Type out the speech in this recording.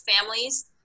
families